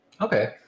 Okay